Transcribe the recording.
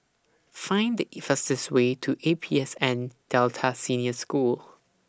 Find The IT fastest Way to A P S N Delta Senior School